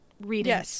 Reading